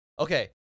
Okay